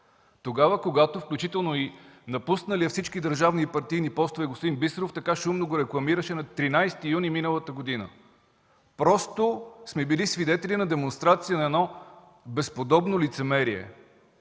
тогава когато, включително и напусналият всички държавни и партийни постове господин Бисеров така силно го рекламираше на 13 юни миналата година. Просто сме били свидетели на демонстрация на едно безподобно лицемерие.